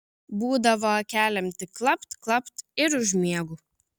būdavo akelėm tik klapt klapt ir užmiegu